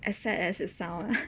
as sad as it sound lah